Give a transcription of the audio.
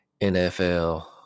NFL